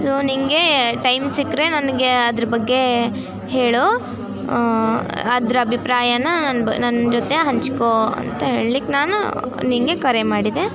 so ನಿನಗೆ time ಸಿಕ್ಕರೆ ನನಗೆ ಅದ್ರ ಬಗ್ಗೆ ಹೇಳು ಅದ್ರ ಅಭಿಪ್ರಾಯನ ನನ್ನ ನನ್ನ ಜೊತೆ ಹಂಚಿಕೋ ಅಂತ ಹೇಳ್ಲಿಕ್ಕೆ ನಾನು ನಿನಗೆ ಕರೆ ಮಾಡಿದೆ